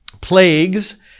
plagues